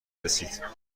رسید